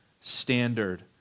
standard